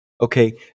Okay